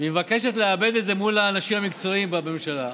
היא מבקשת לעבד את זה מול האנשים המקצועיים בממשלה,